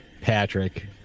Patrick